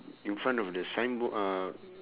in front of the signboar~ uh